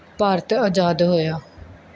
ਭਾਰਤ ਆਜ਼ਾਦ ਹੋਇਆ